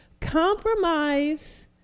compromise